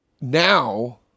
now